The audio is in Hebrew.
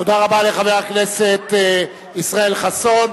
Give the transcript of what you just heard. תודה רבה לחבר הכנסת ישראל חסון.